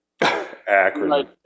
Akron